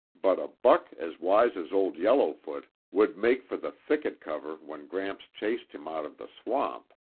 but a buck as wise as old yellowfoot would make for the thickest cover when gramps chased him out of the swamp.